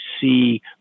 see